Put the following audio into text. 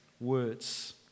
Words